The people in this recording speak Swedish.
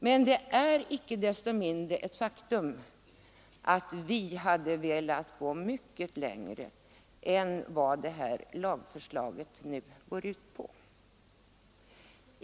Det är dock icke desto mindre ett faktum att vi hade velat gå mycket längre än lagförslaget gör.